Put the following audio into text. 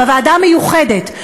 בוועדה המיוחדת,